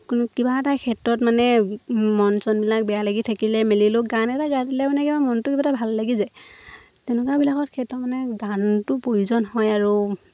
কোনো কিবা এটা ক্ষেত্ৰত মানে মন চনবিলাক বেয়া লাগি থাকিলে মেলিলেও গান এটা গাই দিলে মানে কিবা মনটো কিবা এটা ভাল লাগি যায় তেনেকুৱাবিলাক ক্ষেত্ৰত মানে গানটো প্ৰয়োজন হয় আৰু